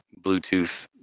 Bluetooth